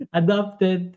adopted